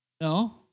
No